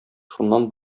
шуннан